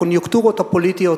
הקוניונקטורות הפוליטיות